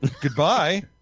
Goodbye